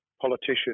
politician